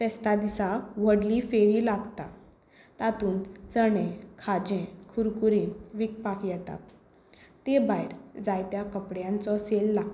फेस्तां दिसां व्हडली फेरी लागता तातूंत चणे खाजें कुरकुरी विकपाक येतात ते भायर जायत्यां कपड्यांचो सेल लागता